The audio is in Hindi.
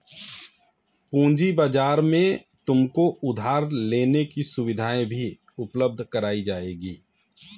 पूँजी बाजार में तुमको उधार लेने की सुविधाएं भी उपलब्ध कराई जाएंगी